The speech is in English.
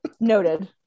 noted